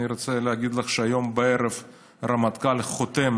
אני רוצה להגיד לך שהיום בערב הרמטכ"ל חותם